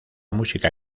música